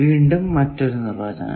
വീണ്ടും മറ്റൊരു നിർവചനം